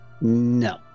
No